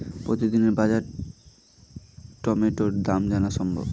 প্রতিদিনের বাজার টমেটোর দাম জানা সম্ভব?